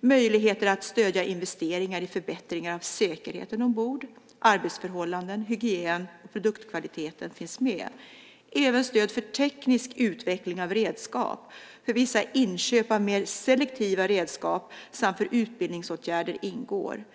Möjligheter att stödja investeringar i förbättringar av säkerheten ombord, arbetsförhållanden, hygien och produktkvalitet finns med. Även stöd för teknisk utveckling av redskap, för vissa inköp av mer selektiva redskap samt för utbildningsåtgärder ingår.